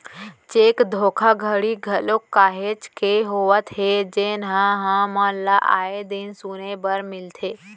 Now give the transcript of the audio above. cheque धोखाघड़ी घलोक काहेच के होवत हे जेनहा हमन ल आय दिन सुने बर मिलथे